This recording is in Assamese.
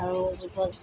আৰু জীৱ